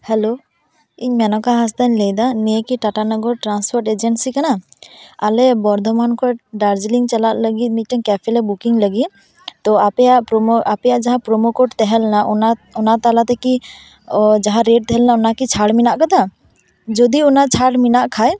hello ᱤᱧ ᱢᱮᱱᱚᱠᱟ ᱦᱟᱸᱥᱫᱟᱧ ᱞᱟᱹᱭᱮᱫᱟ ᱱᱤᱭᱟᱹ ᱠᱤ ᱴᱟᱴᱟ ᱱᱚᱜᱚᱨ ᱴᱨᱟᱱᱥᱯᱳᱴ ᱮᱡᱮᱱᱥᱤ ᱠᱟᱱᱟ ᱟᱞᱮ ᱵᱚᱨᱫᱷᱚᱢᱟᱱ ᱠᱷᱚᱱ ᱫᱟᱨᱡᱤᱞᱤᱝ ᱪᱟᱞᱟᱜ ᱞᱟᱹᱜᱤᱫ ᱢᱤᱫᱴᱮᱱ ᱠᱮᱯᱷᱮᱞᱮ ᱵᱩᱠᱤᱝ ᱞᱟᱹᱜᱤᱫ ᱛᱚ ᱟᱯᱮᱭᱟᱜ ᱯᱨᱳᱢᱳ ᱟᱯᱮᱭᱟᱜ ᱡᱟᱦᱟᱸ ᱯᱨᱳᱢᱳ ᱠᱳᱰ ᱛᱟᱦᱮᱸ ᱞᱮᱱᱟ ᱚᱱᱟ ᱛᱟᱞᱟᱛᱮ ᱠᱤ ᱚ ᱡᱟᱦᱟᱸ ᱨᱮᱹᱴ ᱛᱟᱦᱮᱸ ᱞᱮᱱᱟ ᱚᱱᱟᱠᱤ ᱪᱷᱟᱲ ᱢᱮᱱᱟᱜ ᱟᱠᱟᱫᱟ ᱡᱩᱫᱤ ᱚᱱᱟ ᱪᱷᱟᱲ ᱢᱮᱱᱟᱜ ᱠᱷᱟᱱ